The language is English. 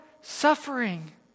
suffering